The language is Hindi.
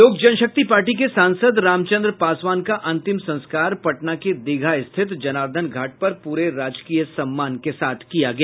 लोक जनशक्ति पार्टी के सांसद रामचंद्र पासवान का अंतिम संस्कार पटना के दीघा स्थित जनार्दन घाट पर पूरे राजकीय सम्मान के साथ किया गया